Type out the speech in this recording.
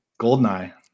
Goldeneye